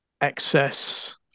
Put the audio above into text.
excess